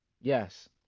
Yes